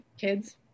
kids